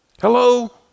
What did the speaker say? Hello